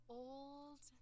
old